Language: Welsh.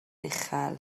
uchel